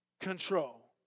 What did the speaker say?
control